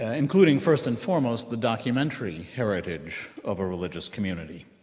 ah including, first and foremost, the documentary heritage of a religious community.